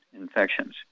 infections